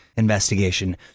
investigation